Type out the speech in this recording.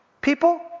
people